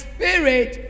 Spirit